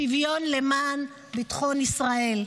שוויון למען ביטחון ישראל.